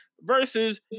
versus